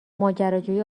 ماجراجویی